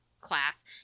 class